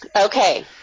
Okay